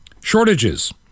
shortages